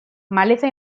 maleza